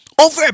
Over